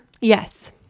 yes